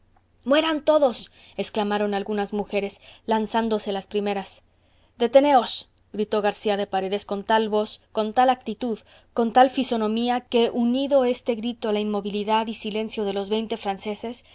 mueran todos exclamaron algunas mujeres lanzándose las primeras deteneos gritó garcía de paredes con tal voz con tal actitud con tal fisonomía que unido este grito a la inmovilidad y silencio de los veinte franceses